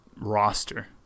roster